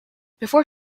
before